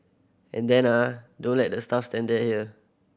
and then ah don't let the staff stand here